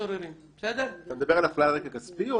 אתה מדבר על אפליה על רקע כספי?